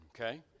Okay